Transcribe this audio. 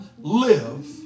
live